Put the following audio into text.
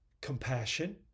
compassion